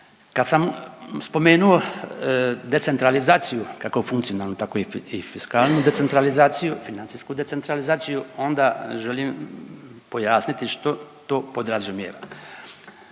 Kad sam spomenuo decentralizaciju kako funkcionalnu, tako i fiskalnu decentralizaciju, financijsku decentralizaciju onda želim pojasniti što to podrazumijeva.